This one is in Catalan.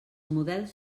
models